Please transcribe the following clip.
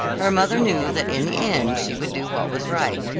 her mother knew that in the end she would do what was right.